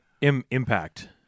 Impact